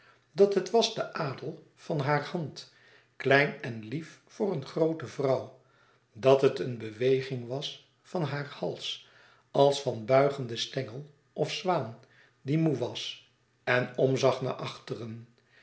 dat het was de adel van haar hand klein en lief voor een groote vrouw dat het een beweging was van haar hals als van buigende stengel of zwaan die moê was en omzag naar achteren